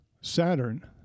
Saturn